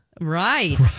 Right